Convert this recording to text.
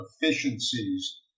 efficiencies